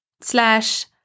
slash